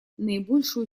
наибольшую